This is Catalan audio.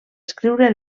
escriure